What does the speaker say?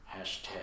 Hashtag